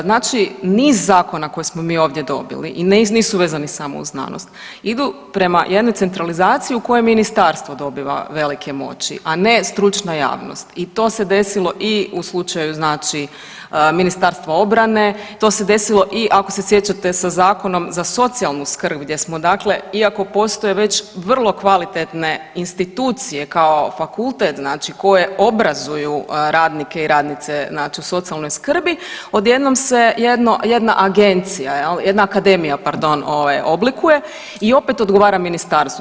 Znači niz zakona koje smo mi ovdje dobili i nisu vezani samo uz znanost idu prema jednoj centralizaciji u kojoj ministarstvo dobiva velike moći, a ne stručna javnost i to se desilo i u slučaju znači Ministarstva obrane, to se desilo i ako se sjećate sa Zakonom za socijalnu skrb gdje smo dakle iako postoje već vrlo kvalitetne institucije kao fakultet znači koje obrazuju radnike i radnice znači u socijalnoj skrbi odjednom se jedno, jedna agencija jel, jedna akademija pardon ovaj oblikuje i opet odgovara ministarstvu.